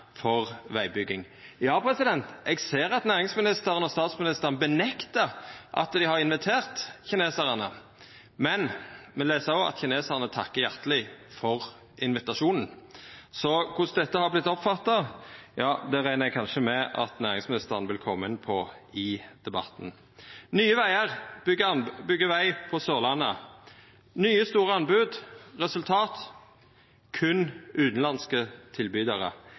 for vegbygging. Eg ser at næringsministeren og statsministeren nektar for at dei har invitert kinesarane, men me les også at kinesarane takkar hjarteleg for invitasjonen. Så korleis dette har vorte oppfatta, reknar eg med at næringsministeren kanskje vil koma inn på i debatten. Nye Vegar byggjer veg på Sørlandet, nye store anbod – resultat: berre utanlandske tilbydarar.